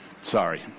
sorry